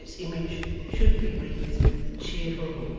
and its image should be wreathed with cheerful hopes.